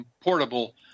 portable